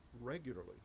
regularly